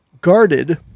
guarded